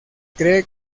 cree